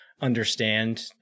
understand